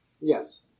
Yes